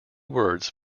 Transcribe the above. words